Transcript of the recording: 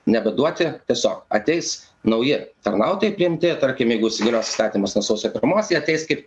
nebeduoti tiesiog ateis nauji tarnautojai priimti tarkim jeigu įsigalios įstatymas nuo sausio pirmos jie ateis kaip